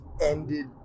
ended